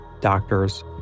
doctors